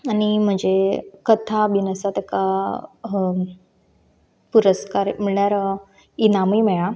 आनी म्हजी कथा बीन आसा ताका पुरस्कार म्हळ्यार इनामय मेळ्ळां